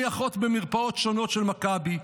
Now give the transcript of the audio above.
אני אחות במרפאות שונות של מכבי,